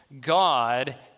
God